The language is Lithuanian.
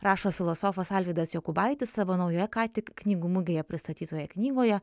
rašo filosofas alvydas jokubaitis savo naujoje ką tik knygų mugėje pristatytoje knygoje